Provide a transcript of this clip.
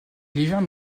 hiverne